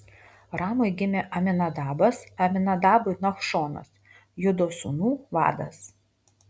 ramui gimė aminadabas aminadabui nachšonas judo sūnų vadas